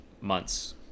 months